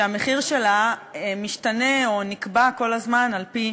שהמחיר שלה משתנה או נקבע כל הזמן על-פי